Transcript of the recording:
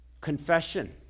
confession